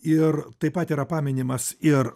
ir taip pat yra paminimas ir